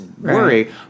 worry